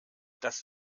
das